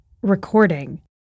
recording